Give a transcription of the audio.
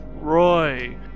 Roy